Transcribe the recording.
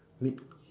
mid~